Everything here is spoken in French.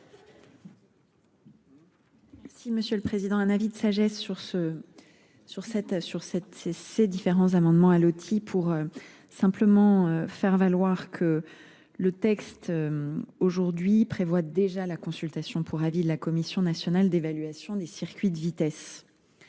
Merci Monsieur le Président, un avis de sagesse sur ces différents amendements allottis pour simplement faire valoir que le texte aujourd'hui prévoit déjà la consultation pour avis de la commission nationale d'évaluation des circuits de vitesse.